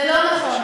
זה לא נכון.